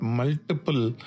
multiple